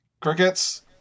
Crickets